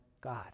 God